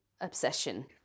obsession